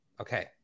okay